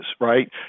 right